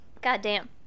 Goddamn